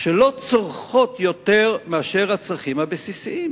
שלא צורכות יותר מאשר הצרכים הבסיסיים?